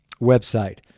website